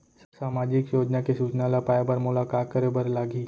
सामाजिक योजना के सूचना ल पाए बर मोला का करे बर लागही?